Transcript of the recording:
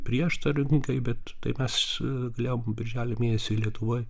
prieštaringai bet tai mes galėjom birželio mėnesį lietuvoj